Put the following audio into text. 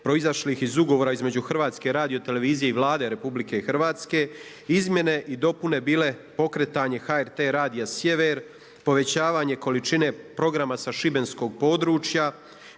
proizašlih iz ugovora između HRT-a i Vlade RH, izmjene i dopune bile pokretanje HRT-a radija Sjever, povećavanje količine programa sa šibenskog područja,